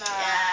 ya